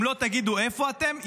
אם לא תגידו איפה אתם,